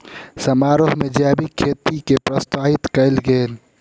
समारोह में जैविक खेती के प्रोत्साहित कयल गेल